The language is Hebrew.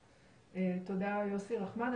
תודה יוסי רחמן,